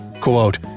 Quote